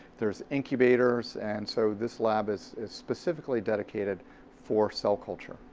there's incubators and so this lab is, is specifically dedicated for cell culture.